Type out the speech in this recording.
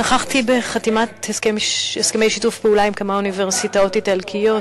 נכחתי בחתימת הסכמי שיתוף פעולה עם כמה אוניברסיטאות איטלקיות,